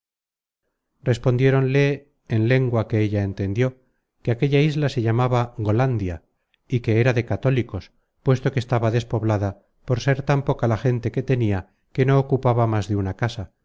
católicos respondiéronle en lengua que ella entendió que aquella isla se llamaba golandia y que era de católicos puesto que estaba despoblada por ser tan poca la gente que tenia que no ocupaba más de una casa